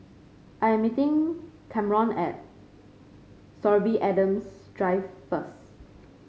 I am meeting Kamron at Sorby Adams Drive first